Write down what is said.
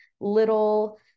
little